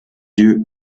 yeux